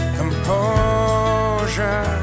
composure